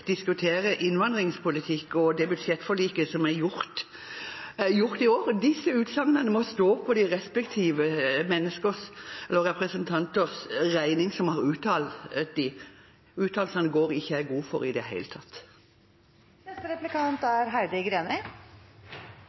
diskutere innvandringspolitikk og det budsjettforliket som er gjort i år. Disse utsagnene må stå for de respektive representanter som har uttalt dem, sin regning. Uttalelsene går ikke jeg god for i det hele tatt. Kristelig Folkeparti og Senterpartiet stod sammen om integreringsforliket og asylforliket, og nå er